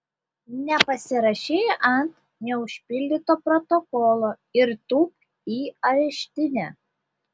nepasirašei ant neužpildyto protokolo ir tūpk į areštinę